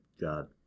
God